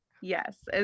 yes